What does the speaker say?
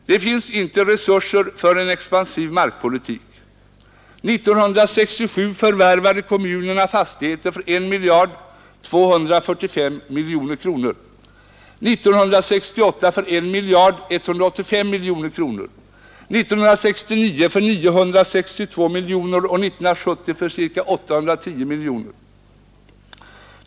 Det finns inte resurser för en expansiv markpolitik. 1967 förvärvade kommunerna fastigheter för 1 245 miljoner kronor, 1968 för 1 185 miljoner kronor, 1969 för 962 miljoner kronor och 1970 för ca 810 miljoner kronor.